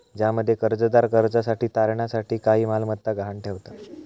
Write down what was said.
ज्यामध्ये कर्जदार कर्जासाठी तारणा साठी काही मालमत्ता गहाण ठेवता